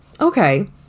okay